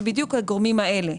אלה בדיוק הגורמים האלה,